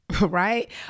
Right